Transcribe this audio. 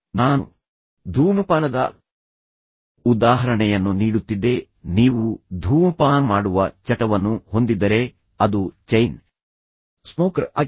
ಆದ್ದರಿಂದ ನಾನು ಧೂಮಪಾನದ ಉದಾಹರಣೆಯನ್ನು ನೀಡುತ್ತಿದ್ದೆ ನೀವು ಧೂಮಪಾನ ಮಾಡುವ ಚಟವನ್ನು ಹೊಂದಿದ್ದರೆ ಅದು ಚೈನ್ ಸ್ಮೋಕರ್ ಆಗಿ